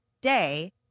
day